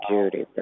Judy